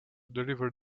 deliver